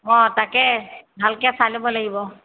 অঁ তাকে ভালকৈ চাই ল'ব লাগিব